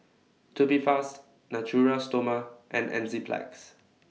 Tubifast Natura Stoma and Enzyplex